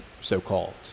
so-called